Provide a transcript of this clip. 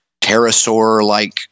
pterosaur-like